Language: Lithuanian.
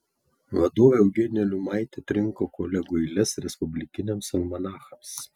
vadovė eugenija liumaitė atrinko kolegų eiles respublikiniams almanachams